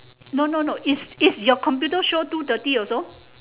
no no no is is your computer show two thirty also